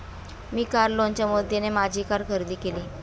मी car लोनच्या मदतीने माझी कार खरेदी केली